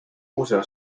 usa